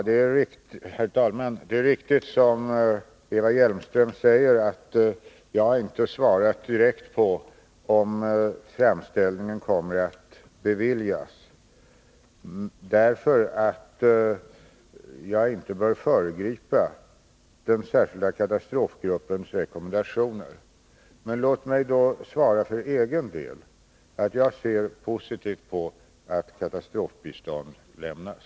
Herr talman! Det är riktigt, som Eva Hjelmström säger, att jag inte har svarat direkt på frågan om framställningarna kommer att beviljas. Det beror på att jag inte bör föregripa den särskilda katastrofgruppens rekommendationer. Men låt mig för egen del svara att jag ser positivt på att katastrofbistånd lämnas.